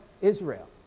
Israel